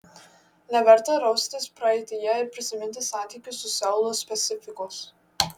neverta raustis praeityje ir prisiminti santykių su seulu specifikos